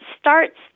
starts